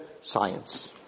science